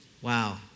Wow